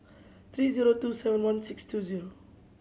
three zero two seven one six two zero